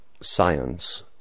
science